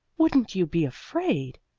wouldn't you be afraid?